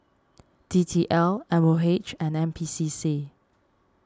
D T L M O H and N P C C